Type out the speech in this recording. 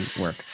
work